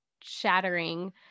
shattering